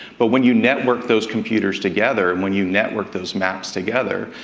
but when you network those computers together, and when you network those maps together,